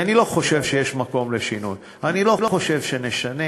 אני לא חושב שיש מקום לשינוי ואני לא חושב שנשנה